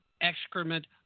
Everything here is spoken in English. excrement